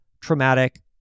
traumatic